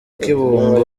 kibungo